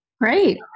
Great